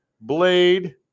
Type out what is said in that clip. Blade